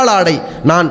Nan